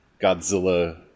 Godzilla